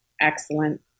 Excellent